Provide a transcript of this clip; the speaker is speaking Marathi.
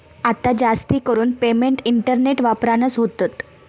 आता जास्तीकरून पेमेंट इंटरनेट वापरानच होतत